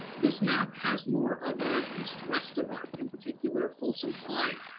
this map has more of a east-west divide, in particular, folsom high,